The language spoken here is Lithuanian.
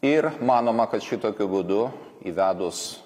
ir manoma kad šitokiu būdu įvedus